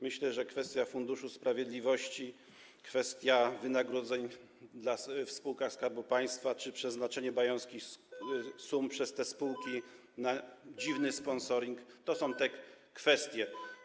Myślę że kwestia Funduszu Sprawiedliwości, kwestia wynagrodzeń w spółkach Skarbu Państwa czy przeznaczenie bajońskich sum przez te spółki na dziwny sponsoring to są te kwestie.